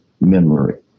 memory